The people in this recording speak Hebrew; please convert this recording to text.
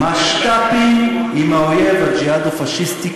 משת"פים עם האויב הג'יהאדו-פאשיסטי,